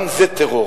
גם זה טרור.